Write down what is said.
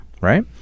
right